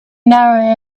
narrow